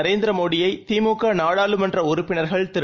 நரேந்திரமோடியை திமுகநாடாளுமன்றஉறுப்பினர்கள்திரு